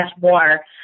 more